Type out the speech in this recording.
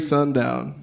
Sundown